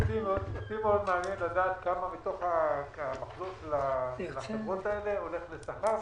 אותי מאוד מעניין לדעת כמה מתוך המחזור של החברות האלו הולך לשכר.